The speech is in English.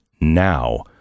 now